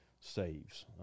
saves